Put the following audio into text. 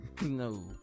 No